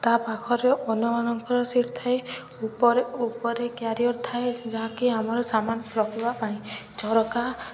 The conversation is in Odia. ତା ପାଖରେ ଅନ୍ୟମାନଙ୍କର ସିଟ୍ ଥାଏ ଉପରେ ଉପରେ କ୍ୟାରିଅର ଥାଏ ଯାହାକି ଆମର ସାମାନ ରଖିବା ପାଇଁ ଝରକା